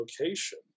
location